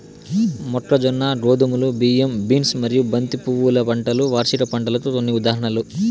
మొక్కజొన్న, గోధుమలు, బియ్యం, బీన్స్ మరియు బంతి పువ్వుల పంటలు వార్షిక పంటలకు కొన్ని ఉదాహరణలు